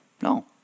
No